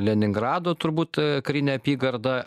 leningrado turbūt karinę apygardą